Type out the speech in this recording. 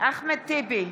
אחמד טיבי,